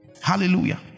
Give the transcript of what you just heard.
Hallelujah